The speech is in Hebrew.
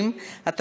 68) (הוראות שונות),